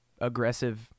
aggressive